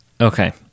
Okay